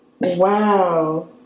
Wow